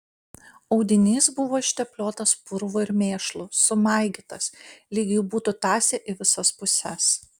audinys buvo ištepliotas purvu ir mėšlu sumaigytas lyg jį būtų tąsę į visas puses